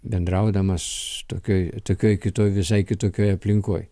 bendraudamas tokioj tokioj kitoj visai kitokioj aplinkoj